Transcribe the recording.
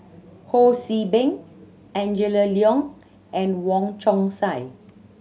Ho See Beng Angela Liong and Wong Chong Sai